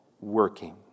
working